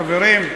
חברים,